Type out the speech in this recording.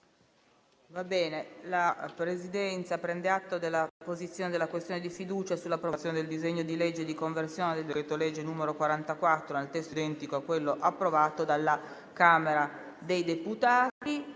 La Presidenza prende atto della posizione della questione di fiducia sull'approvazione del disegno di legge di conversione del decreto-legge n. 44, nel testo identico a quello approvato dalla Camera dei deputati.